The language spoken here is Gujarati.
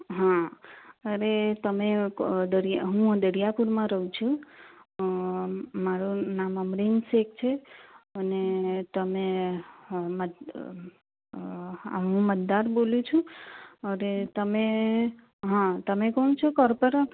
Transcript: હા અરે તમે ક દરિયા હું દરિયાપુરમાં રહું છું મારું નામ અમરીન શેખ છે અને તમે હું મતદાર બોલું છું અરે તમે હં તમે કોણ છો કોર્પોરટ